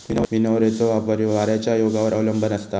विनोव्हरचो वापर ह्यो वाऱ्याच्या येगावर अवलंबान असता